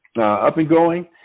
up-and-going